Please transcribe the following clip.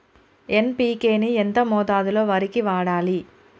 NPK ని ఎంత మోతాదులో వరికి వాడాలి?